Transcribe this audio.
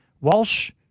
Walsh